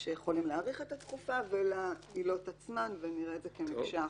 שיכולים להאריך את התקופה ולעילות עצמן ונראה את זה כמקשה אחת.